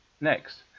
next